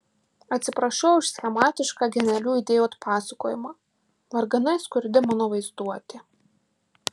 atsiprašau už schematišką genialių idėjų atpasakojimą varganai skurdi mano vaizduotė